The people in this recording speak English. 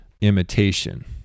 imitation